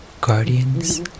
guardians